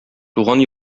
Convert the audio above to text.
туган